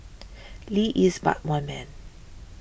Lee is but one man